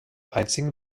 einzigen